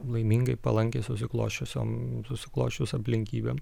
laimingai palankiai susiklosčiusiom susiklosčius aplinkybėm